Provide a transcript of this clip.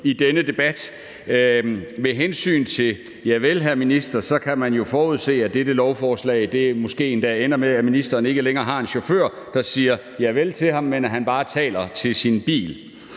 i denne debat. Med hensyn til »Javel, hr. minister« kan man jo forudse, at det med dette lovforslag måske ender med, at ministeren ikke længere har en chauffør, der siger javel til ham, men at ministeren bare taler til sin bil.